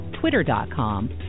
twitter.com